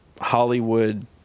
Hollywood